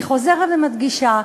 אני חוזרת ומדגישה,